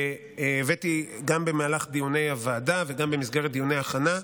הבאתי גם במהלך דיוני הוועדה וגם במסגרת דיוני ההכנה,